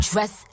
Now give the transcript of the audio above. Dress